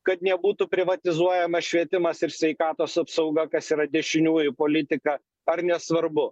kad nebūtų privatizuojamas švietimas ir sveikatos apsauga kas yra dešiniųjų politika ar nesvarbu